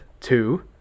two